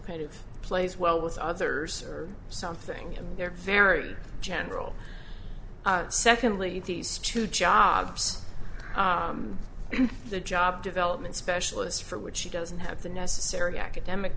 kind of plays well with others or something and they're very general secondly these two jobs and the job development specialist for which she doesn't have the necessary academic